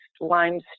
limestone